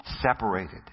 separated